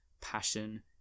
passion